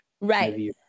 Right